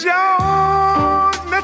Jones